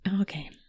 okay